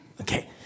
Okay